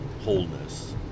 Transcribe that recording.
wholeness